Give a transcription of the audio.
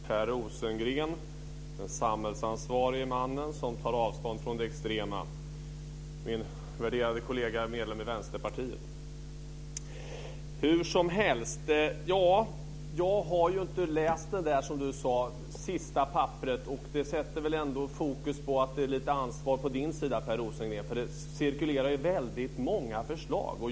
Herr talman! Per Rosengren är den samhällsansvarige mannen som tar avstånd från det extrema. Min värderade kollega är medlem i Vänsterpartiet. Jag har inte läst det sista papperet. Det sätter väl ändå fokus på att det finns lite ansvar på Per Rosengrens sida. Det cirkulerar ju väldigt många förslag.